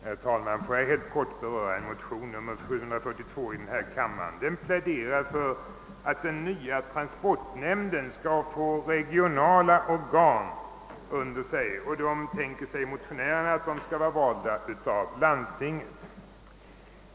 Herr talman! Jag vill helt kort beröra motionsparet 1:599 och II: 742, där vi pläderar för att den nya transportnämnden skall få ett organ under sig, som vi föreslår skall utses av landstingen.